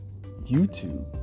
YouTube